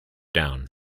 down